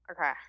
Okay